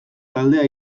taldea